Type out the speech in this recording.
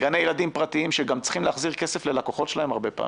גני ילדים פרטיים שגם צריכים להחזיר כסף ללקוחות שלהם הרבה פעמים.